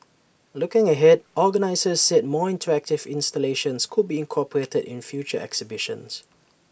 looking ahead organisers said more interactive installations could be incorporated in future exhibitions